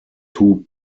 two